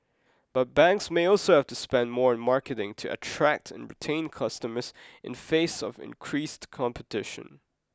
but banks may also have to spend more on marketing to attract and retain customers in face of increased competition